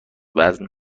وزن